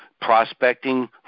prospecting